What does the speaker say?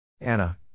Anna